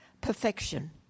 perfection